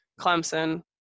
Clemson